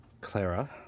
Clara